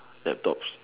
laptops